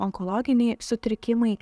onkologiniai sutrikimai